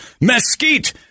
mesquite